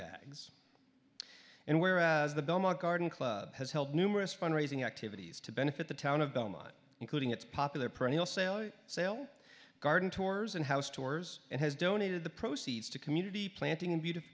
bags and whereas the belmont garden club has held numerous fund raising activities to benefit the town of belmont including its popular perennial sail sail garden tours and house tours and has donated the proceeds to community planting and beautif